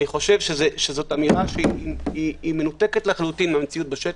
זו אמירה שמנותקת לחלוטין מהמציאות בשטח.